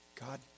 God